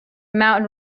mountain